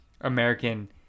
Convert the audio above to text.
American